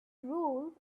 rule